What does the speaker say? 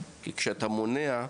כי כשאתה מונע,